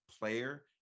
player